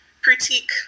critique